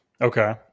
Okay